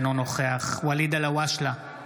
אינו נוכח ואליד אלהואשלה,